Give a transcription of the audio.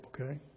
okay